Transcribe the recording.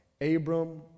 Abram